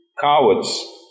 cowards